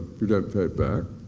you don't pay it back,